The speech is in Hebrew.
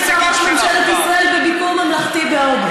נמצא ראש ממשלת ישראל בביקור ממלכתי בהודו,